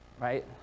right